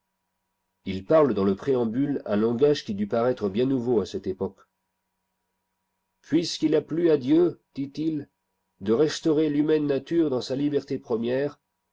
il parle dans le préambule un langage qui dut paraître bien nouveau à cette époque puisqu'il a plu à dieu dit-il de restaurer l'humaine nature dans sa liberté première